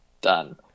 Done